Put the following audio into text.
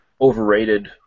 overrated